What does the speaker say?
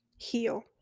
heal